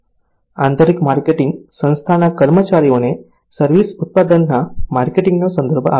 આંતરિક માર્કેટિંગ સંસ્થાના કર્મચારીઓને સર્વિસ ઉત્પાદનના માર્કેટિંગનો સંદર્ભ આપે છે